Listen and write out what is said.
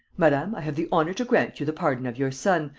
madame, i have the honour to grant you the pardon of your son,